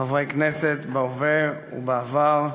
חברי כנסת בהווה ובעבר,